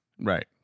Right